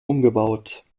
umgebaut